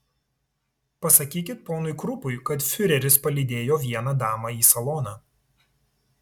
pasakykit ponui krupui kad fiureris palydėjo vieną damą į saloną